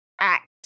act